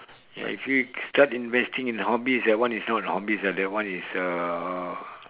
ya if you start investing in hobbies that one is not hobbies ah that one is uh